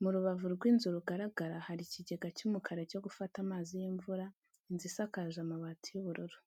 Mu rubavu rw'inzu rugaragara hari ikigega cy'umukara cyo gufata amazi y'imvura. Inzu isakaje amabati y'ubururu.